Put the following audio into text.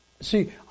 See